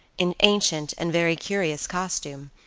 in ancient and very curious costume,